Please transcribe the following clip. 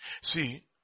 See